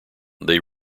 they